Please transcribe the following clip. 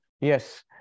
Yes